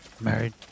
Married